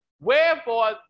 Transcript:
Wherefore